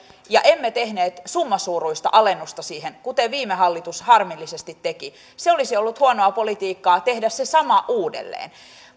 ja emme tehneet summasuuruista alennusta siihen kuten viime hallitus harmillisesti teki se olisi ollut huonoa politiikkaa tehdä se sama uudelleen